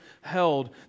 held